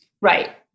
Right